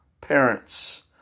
parents